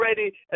already